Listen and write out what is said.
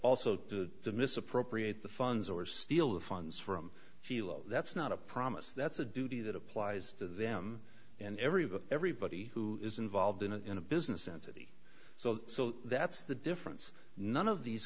also to misappropriate the funds or steal the funds from philo that's not a promise that's a duty that applies to them and everybody everybody who is involved in a in a business entity so so that's the difference none of these